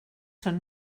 són